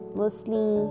mostly